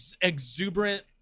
exuberant